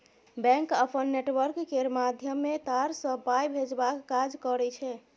bank अपन network केर माध्यमे तार सँ पाइ भेजबाक काज करय छै